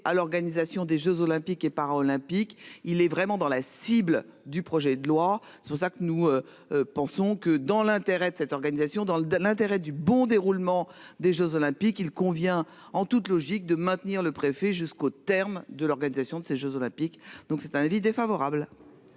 à l'organisation des Jeux olympiques et para-olympiques. Il est vraiment dans la cible du projet de loi, c'est pour ça que nous. Pensons que dans l'intérêt de cette organisation dans le l'intérêt du bon déroulement des Jeux olympiques, il convient en toute logique de maintenir le préfet jusqu'au terme de l'organisation de ces Jeux olympiques, donc c'est un avis défavorable.